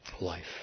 life